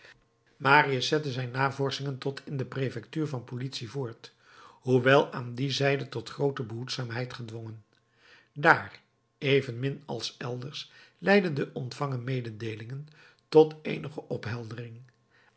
marius zette zijn navorschingen tot in de prefectuur van politie voort hoewel aan die zijde tot groote behoedzaamheid gedwongen dààr evenmin als elders leidden de ontvangen mededeelingen tot eenige opheldering